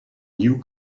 new